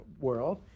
world